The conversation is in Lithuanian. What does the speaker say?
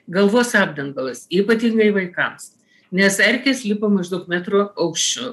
galvos apdangalas ypatingai vaikams nes erkės lipa maždaug metro aukščiu